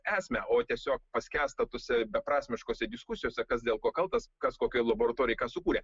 esmę o tiesiog paskęsta tose beprasmiškose diskusijose kas dėl ko kaltas kas kokioj laboratorijoj ką sukūrė